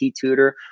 tutor